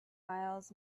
miles